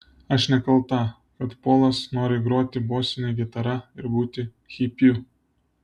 aš nekalta kad polas nori groti bosine gitara ir būti hipiu